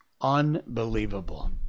unbelievable